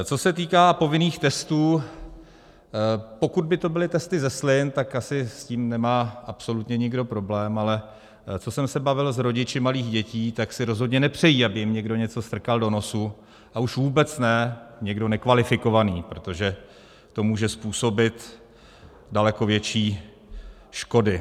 Co se týká povinných testů, pokud by to byly testy ze slin, tak asi s tím nemá absolutně nikdo problém, ale co jsem se bavil s rodiči malých dětí, tak si rozhodně nepřejí, aby jim někdo něco strkal do nosu, a už vůbec ne někdo nekvalifikovaný, protože to může způsobit daleko větší škody.